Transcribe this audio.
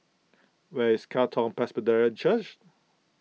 where is Katong Presbyterian Church